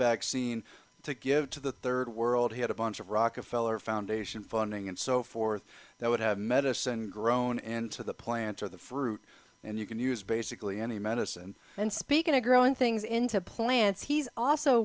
vaccine to give to the third world he had a bunch of rockefeller foundation funding and so forth that would have medicine grown and to the plants or the fruit and you can use basically any medicine and speak in a growing things into plants he's also